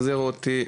החזירו אותי.